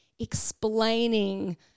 explaining